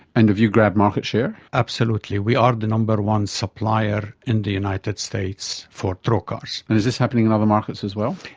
and have you grabbed market share? absolutely, we are the number one supplier in the united states for trocars. and is this happening in other markets as well?